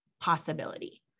possibility